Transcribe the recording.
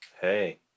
Hey